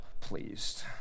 pleased